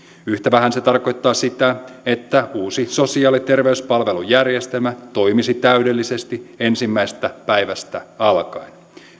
yhtä vähän se tarkoittaa sitä että uusi sosiaali ja terveyspalvelujärjestelmä toimisi täydellisesti ensimmäisestä päivästä alkaen